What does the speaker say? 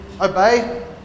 obey